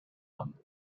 haben